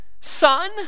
son